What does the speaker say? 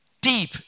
Deep